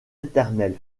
éternelle